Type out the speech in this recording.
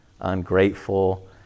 Ungrateful